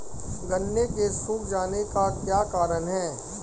गन्ने के सूख जाने का क्या कारण है?